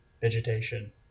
vegetation